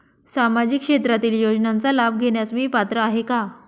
सामाजिक क्षेत्रातील योजनांचा लाभ घेण्यास मी पात्र आहे का?